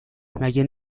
مگه